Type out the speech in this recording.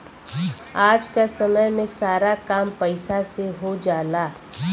आज क समय में सारा काम पईसा से हो जाला